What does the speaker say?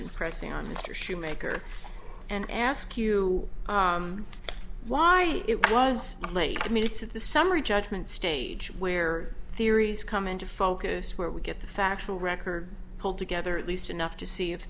think pressing on mr schumaker and ask you why it was late i mean it's the summary judgment stage where theories come into focus where we get the factual record pulled together at least enough to see if